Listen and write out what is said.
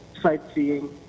Sightseeing